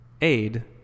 aid